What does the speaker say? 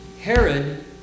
Herod